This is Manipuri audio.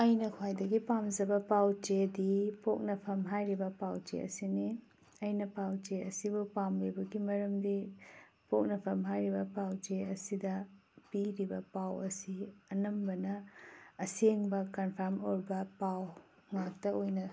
ꯑꯩꯅ ꯈ꯭ꯋꯥꯏꯗꯒꯤ ꯄꯥꯝꯖꯕ ꯄꯥꯎ ꯆꯦꯗꯤ ꯄꯣꯛꯅꯐꯝ ꯍꯥꯏꯔꯤꯕ ꯄꯥꯎ ꯆꯦ ꯑꯁꯤꯅꯤ ꯑꯩꯅ ꯄꯥꯎꯆꯦ ꯑꯁꯤꯕꯨ ꯄꯥꯝꯂꯤꯕꯒꯤ ꯃꯔꯝꯗꯤ ꯄꯣꯛꯅꯐꯝ ꯍꯥꯏꯔꯤꯕ ꯄꯥꯎ ꯆꯦ ꯑꯁꯤꯗ ꯄꯤꯔꯤꯕ ꯄꯥꯎ ꯑꯁꯤ ꯑꯅꯝꯕꯅ ꯑꯁꯦꯡꯕ ꯀꯟꯐꯥꯝ ꯑꯣꯏꯕ ꯄꯥꯎ ꯉꯥꯛꯇ ꯑꯣꯏꯅ